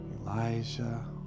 Elijah